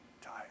tired